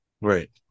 right